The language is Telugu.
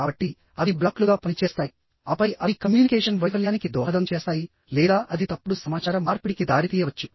కాబట్టి అవి బ్లాక్లుగా పనిచేస్తాయి ఆపై అవి కమ్యూనికేషన్ వైఫల్యానికి దోహదం చేస్తాయి లేదా అది తప్పుడు సమాచార మార్పిడికి దారితీయవచ్చు